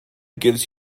gives